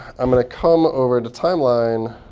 i'm going to come over to timeline